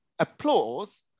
applause